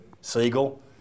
Siegel